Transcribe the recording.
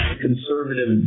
conservative